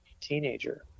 teenager